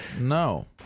No